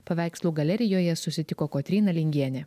paveikslų galerijoje susitiko kotryna lingienė